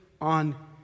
on